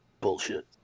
bullshit